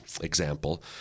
example